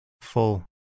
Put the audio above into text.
full